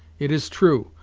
it is true,